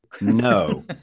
No